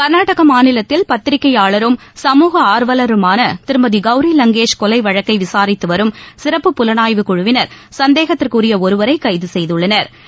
கர்நாடகா மாநிலத்தில் பத்திரிகையாளரும் சமூக ஆர்வலருமான திருமதி கௌரி லங்கேஷ் கொலை வழக்கை விசாரித்துவரும் சிறப்பு புலனாய்வு குழுவினா் சந்தேகத்திற்குரிய ஒருவரை கைது செய்துள்ளனா்